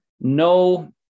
no